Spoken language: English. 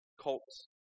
cults